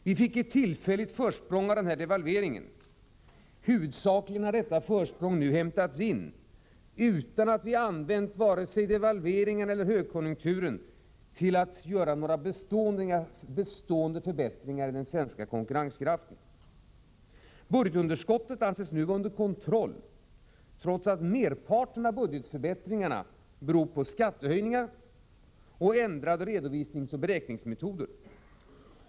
Vi fick ett tillfälligt försprång av devalveringen. Huvudsakligen har detta försprång nu hämtats in, utan att Sverige använt vare sig devalveringen eller högkonjunkturen till att göra några bestående förbättringar i den svenska konkurrenskraften. Budgetunderskottet anses nu vara under kontroll, trots att merparten av budgetförbättringarna beror på skattehöjningar och ändrade redovisningsoch beräkningsmetoder.